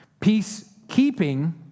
Peacekeeping